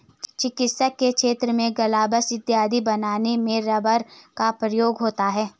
चिकित्सा के क्षेत्र में ग्लब्स इत्यादि बनाने में रबर का प्रयोग होता है